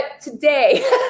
today